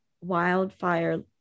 wildfire